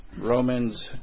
Romans